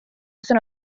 sono